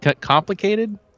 complicated